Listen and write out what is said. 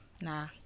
Nah